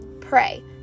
pray